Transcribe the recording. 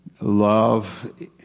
love